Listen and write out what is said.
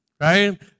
right